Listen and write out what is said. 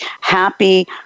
happy